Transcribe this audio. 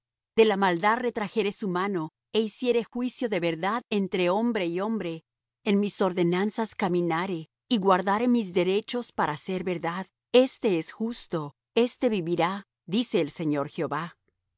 de la maldad retrajere su mano é hiciere juicio de verdad entre hombre y hombre en mis ordenanzas caminare y guardare mis derechos para hacer verdad éste es justo éste vivirá dice el señor jehová